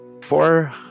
four